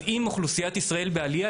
אם אוכלוסיית ישראל בעלייה,